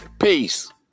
peace